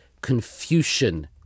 Confucian